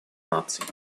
наций